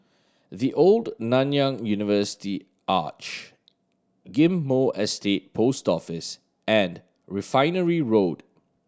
The Old Nanyang University Arch Ghim Moh Estate Post Office and Refinery Road